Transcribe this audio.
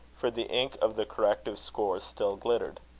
for the ink of the corrective scores still glittered.